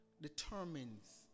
determines